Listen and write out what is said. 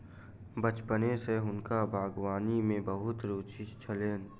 बचपने सॅ हुनका बागवानी में बहुत रूचि छलैन